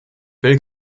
will